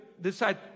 decide